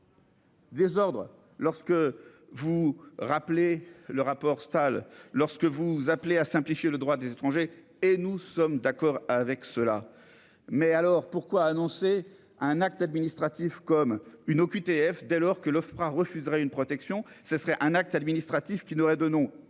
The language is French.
Désordre lorsque vous rappeler le rapport Stahl lorsque vous appelez à simplifier le droit des étrangers, et nous sommes d'accord avec cela. Mais alors pourquoi annoncer un acte administratif comme. Une OQTF dès lors que l'Ofpra refuserait une protection. Ce serait un acte administratif qui n'aurait de de